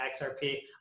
XRP